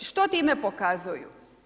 Što time pokazuju?